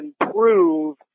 improve